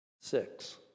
six